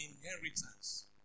inheritance